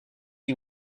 you